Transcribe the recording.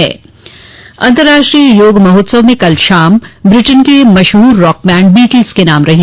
band Beatles अंतर्राष्ट्रीय योग महोत्सव में कल शाम ब्रिटेन के मशहूर रॉक बैंड बीटल्स के नाम रही